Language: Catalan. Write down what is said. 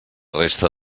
resta